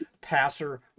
passer